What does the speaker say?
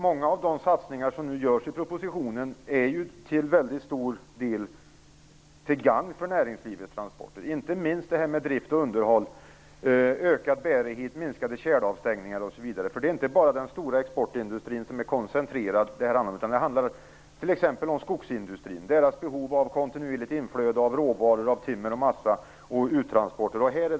Många av de satsningar som nu föreslås i propositionen är till mycket stor del till gagn för näringslivets transporter. Det gäller inte minst det här med drift och underhåll, ökad bärighet, minskade tjälavstängningar osv. Detta handlar inte bara om den stora exportindustrin som är koncentrerad. Det handlar t.ex. om skogsindustrin och dess behov av kontinuerligt inflöde av råvaror, timmer och massa samt uttransporter.